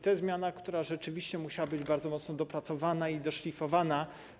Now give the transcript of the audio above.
To jest zmiana, która rzeczywiście musiała być bardzo mocno dopracowana i doszlifowana.